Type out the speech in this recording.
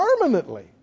permanently